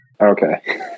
Okay